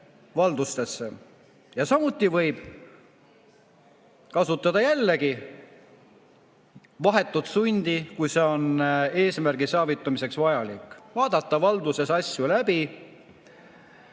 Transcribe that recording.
valdustesse. Samuti võib kasutada jällegi vahetut sundi, kui see on eesmärgi saavutamiseks vajalik, vaadata valduses asju läbi.